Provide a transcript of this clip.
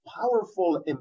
powerful